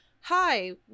Hi